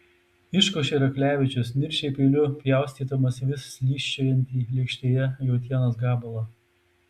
iškošė raklevičius nirčiai peiliu pjaustydamas vis slysčiojantį lėkštėje jautienos gabalą